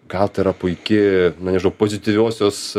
gal tai yra puiki na nežinau pozityviosios